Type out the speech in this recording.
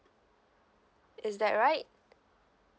is that right